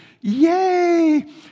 Yay